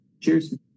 Cheers